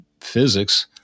physics